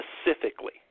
specifically